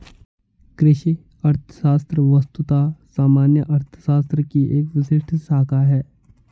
कृषि अर्थशास्त्र वस्तुतः सामान्य अर्थशास्त्र की एक विशिष्ट शाखा है